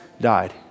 died